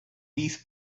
these